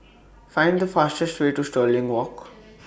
Find The fastest Way to Stirling Walk